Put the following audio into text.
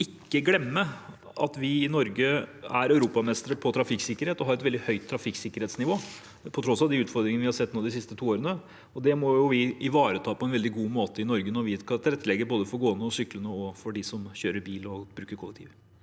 ikke glemme at vi i Norge er europamestre på trafikksikkerhet og har et veldig høyt trafikksikkerhetsnivå, på tross av de utfordringene vi har sett nå de siste to årene. Det må vi ivareta på en veldig god måte når vi skal tilrettelegge både for gående og syklende og for dem som kjører bil eller bruker kollektivtilbudet.